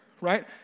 right